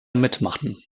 mitmachen